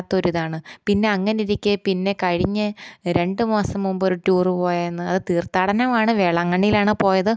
വല്ലാത്തൊരു ഇതാണ് പിന്നെ അങ്ങനെയിരിക്കെ പിന്നെ കഴിഞ്ഞ രണ്ടുമാസം മുമ്പൊരു ടൂർ പോയായിരുന്നു അത് തീർത്ഥാടനമാണ് വേളാങ്കണ്ണിയിലാണ് പോയത്